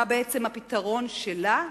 מה בעצם הפתרון שלה?